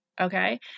Okay